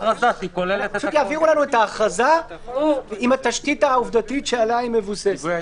- יעבירו לנו את ההכרזה עם התשתית העובדתית שעליה היא מבוססת.